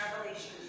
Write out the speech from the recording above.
Revelation